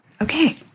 okay